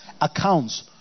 accounts